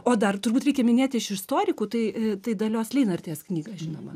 o dar turbūt reikia minėti iš istorikų tai tai dalios leinartės knygą žinoma